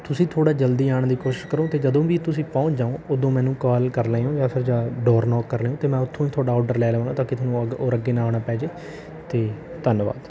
ਤੁਸੀਂ ਥੋੜ੍ਹਾ ਜਲਦੀ ਆਉਣ ਦੀ ਕੋਸ਼ਿਸ਼ ਕਰੋ ਅਤੇ ਜਦੋਂ ਵੀ ਤੁਸੀਂ ਪਹੁੰਚ ਜਾਓ ਉਦੋਂ ਮੈਨੂੰ ਕਾਲ ਕਰ ਲਿਓ ਜਾਂ ਫਿਰ ਜਾਂ ਡੋਰ ਨੋਕ ਕਰ ਲਿਓ ਤਾਂ ਮੈਂ ਉੱਥੋਂ ਹੀ ਤੁਹਾਡਾ ਆਰਡਰ ਲੈ ਲਵਾਂ ਤਾਂ ਕਿ ਤੁਹਾਨੂੰ ਅੱਗੇ ਹੋਰ ਅੱਗੇ ਨਾ ਆਉਣਾ ਪੈ ਜਾਵੇ ਅਤੇ ਧੰਨਵਾਦ